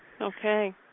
Okay